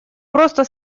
просто